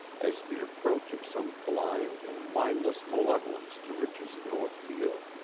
as the approach of some blind and mindless malevolence to which is no appeal.